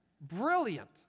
Brilliant